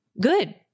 good